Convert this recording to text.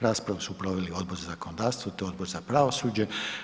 Raspravu su proveli Odbor za zakonodavstvo, te Odbor za pravosuđe.